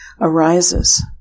arises